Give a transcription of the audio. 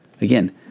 Again